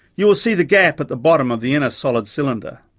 you will see the gap at the bottom of the inner solid cylinder.